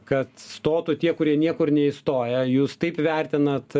kad stotų tie kurie niekur neįstoja jūs taip vertinat